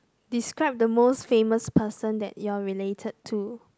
describe the most famous person that you are related to